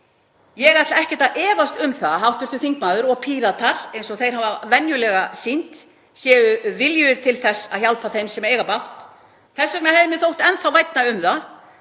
Ég ætla ekkert að efast um að hv. þingmaður og Píratar, eins og þeir hafa venjulega sýnt, séu viljugir til þess að hjálpa þeim sem eiga bágt. Þess vegna hefði mér þótt enn vænna um að